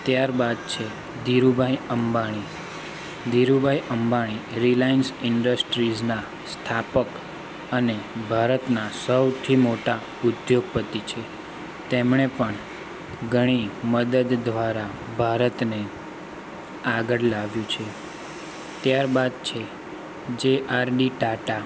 ત્યાર બાદ છે ધીરુભાઈ અંબાણી ધીરુભાઈ અંબાણી રિલાયન્સ ઇન્ડસ્ટ્રીઝના સ્થાપક અને ભારતના સૌથી મોટા ઉદ્યોગપતિ છે તેમણે પણ ઘણી મદદ દ્વારા ભારતને આગળ લાવ્યું છે ત્યારબાદ છે જેઆરડી ટાટા